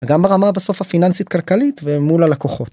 גם ברמה בסוף הפיננסית כלכלית ומול הלקוחות.